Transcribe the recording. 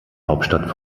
hauptstadt